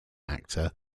actor